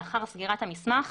לאחר סגירת המסמך,